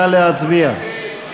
נא להצביע.